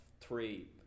three